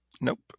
Nope